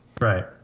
Right